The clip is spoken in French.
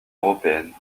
européenne